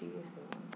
थी वियसि